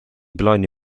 plaani